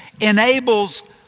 enables